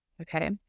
Okay